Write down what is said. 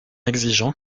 exigeant